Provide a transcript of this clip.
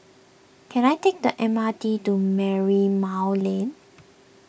can I take the M R T to Merlimau Lane